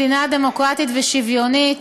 מדינה דמוקרטית ושוויונית,